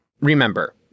Remember